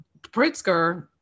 Pritzker